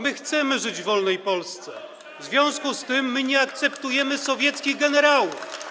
My chcemy żyć w wolnej Polsce, w związku z tym nie akceptujemy sowieckich generałów.